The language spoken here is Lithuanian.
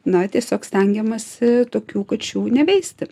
na tiesiog stengiamasi tokių kačių neveisti